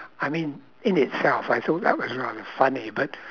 I mean in itself I thought that was rather funny but